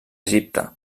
egipte